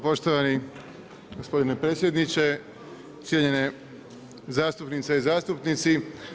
Poštovani gospodine predsjedniče, cijenjene zastupnice i zastupnici!